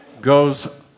goes